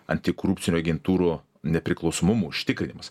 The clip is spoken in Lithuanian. antikorupcinių agentūrų nepriklausomumo užtikrinimas